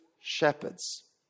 shepherds